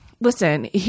listen